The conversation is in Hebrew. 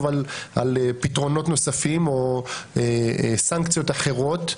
על פתרונות נוספים או סנקציות אחרות,